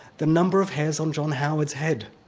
the number of hairs on john howard's head,